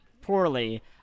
poorly